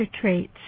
traits